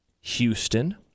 Houston